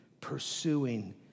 pursuing